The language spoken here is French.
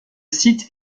site